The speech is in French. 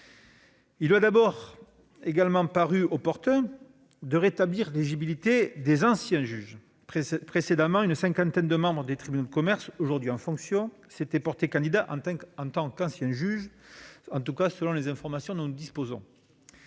Tout d'abord, il nous a paru opportun de rétablir l'éligibilité des anciens juges. Précédemment, une cinquantaine de membres des tribunaux de commerce, aujourd'hui en fonctions, s'étaient portés candidats en tant qu'anciens juges, en tout cas selon les informations dont nous disposons.